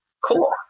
cool